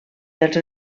dels